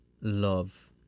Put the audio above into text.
love